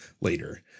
later